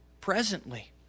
presently